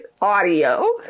audio